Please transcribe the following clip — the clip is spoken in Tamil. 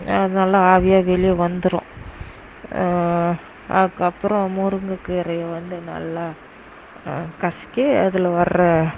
அது நல்லா ஆவியாக வெளியே வந்துடும் அதுக்கப்புறம் முருங்கைக்கீரையை நல்லா கசக்கி அதில் வர